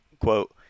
quote